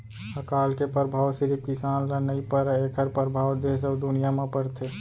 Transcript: अकाल के परभाव सिरिफ किसान ल नइ परय एखर परभाव देस अउ दुनिया म परथे